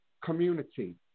community